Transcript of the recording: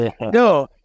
No